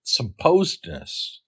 supposedness